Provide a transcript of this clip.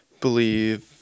Believe